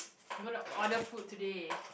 gonna order food today